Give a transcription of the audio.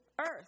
earth